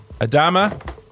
Adama